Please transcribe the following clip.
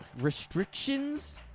restrictions